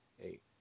eight